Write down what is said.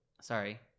Sorry